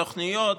תוכניות.